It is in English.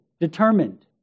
determined